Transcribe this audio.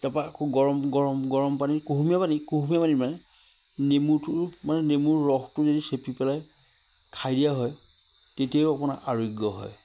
তাৰপৰা আকৌ গৰম গৰম গৰম পানীত কুহুমীয়া পানী কুহুমীয়া পানী মানে নেমুটো মানে নেমুৰ ৰসটো যদি চেপি পেলাই খাই দিয়া হয় তেতিয়াও আপোনাৰ আৰোগ্য হয়